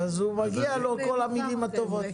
מגיעות לו כל המילים הטובות.